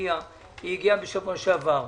הגיעו בשבוע שעבר.